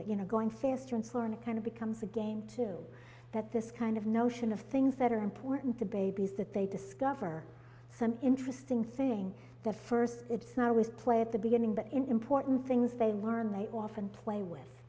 it you know going faster and slower and it kind of becomes a game to that this kind of notion of things that are important to babies that they discover some interesting thing that first it's not always play at the beginning but important things they learn they often play with